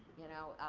you know,